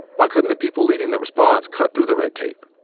why couldn't the people leading the response cut through the red tape?